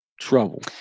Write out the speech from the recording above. trouble